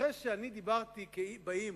אחרי שאני דיברתי באי-אמון,